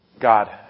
God